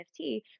NFT